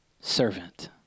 servant